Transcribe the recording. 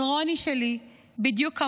אבל רוני שלי, בדיוק כמוני,